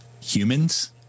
humans